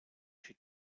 she